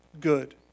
good